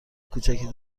کوچک